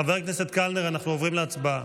חבר הכנסת קלנר, אנחנו עוברים להצבעה.